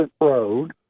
Road